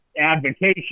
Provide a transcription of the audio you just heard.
advocation